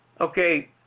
Okay